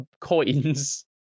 coins